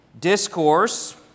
Discourse